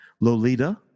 Lolita